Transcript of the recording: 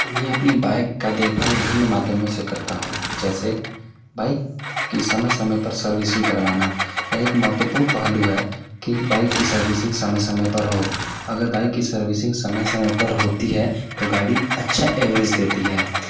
मैं अपनी बाइक का देखभाल विभिन्न माध्यमों से करता हूँ जैसे बाइक की समय समय पर सर्विसिंग करवाना यह एक महत्वपूर्ण पहलू है कि बाइक की सर्विसिंग समय समय पर हो अगर बाइक की सर्विसिंग समय समय पर होती है तो गाड़ी अच्छा एवरेज देती है